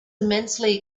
immensely